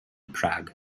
prague